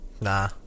Nah